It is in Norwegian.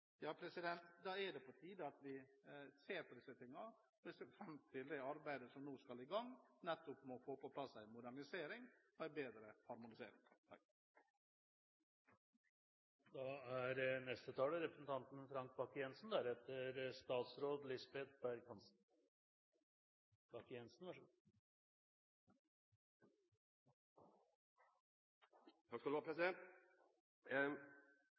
er det på tide at vi ser på dette. Jeg ser fram til det arbeidet som nå skal i gang med å få på plass en modernisering og bedre harmonisering. Meldingen om råfiskloven er